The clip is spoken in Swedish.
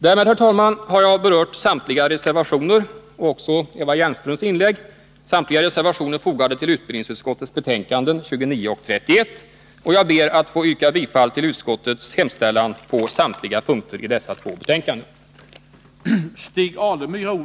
Därmed, herr talman, har jag berört samtliga reservationer som fogats till utbildningsutskottets betänkanden 29 och 31, och jag ber att få yrka bifall till utskottets hemställan på samtliga punkter.